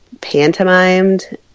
pantomimed